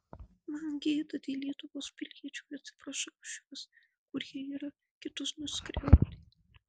man gėda dėl lietuvos piliečių ir atsiprašau už juos kurie yra kitus nuskriaudę